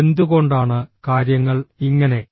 എന്തുകൊണ്ടാണ് കാര്യങ്ങൾ ഇങ്ങനെ